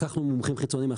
לקחנו מומחים חיצוניים,